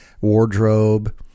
wardrobe